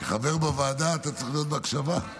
כחבר בוועדה אתה צריך להיות בהקשבה.